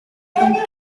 rhwng